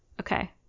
okay